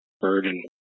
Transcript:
burden